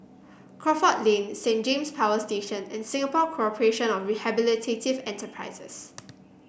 Crawford Lane Saint James Power Station and Singapore Corporation of Rehabilitative Enterprises